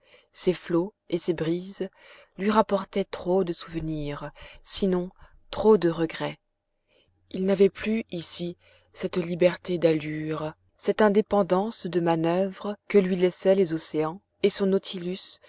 ses flots et ses brises lui rapportaient trop de souvenirs sinon trop de regrets il n'avait plus ici cette liberté d'allures cette indépendance de manoeuvres que lui laissaient les océans et son nautilus